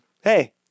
hey